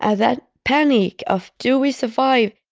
ah that panic of do we survive?